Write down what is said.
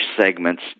segments